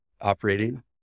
operating